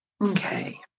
Okay